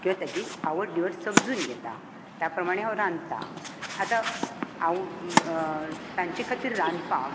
किंवा तेची आवड निवड हांव समजून घेतां आनी त्या प्रमाणे हांव रांदतां आतां हांव तांचें खातीर रांदपाक